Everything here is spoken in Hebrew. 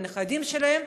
עם הנכדים שלהם.